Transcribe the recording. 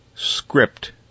Script